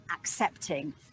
accepting